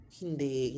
hindi